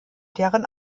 deren